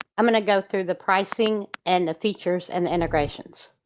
i'm going to go through the pricing and the features and integrations.